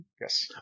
Yes